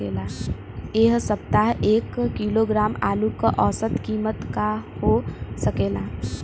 एह सप्ताह एक किलोग्राम आलू क औसत कीमत का हो सकेला?